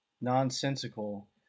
nonsensical